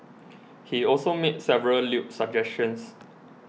he also made several lewd suggestions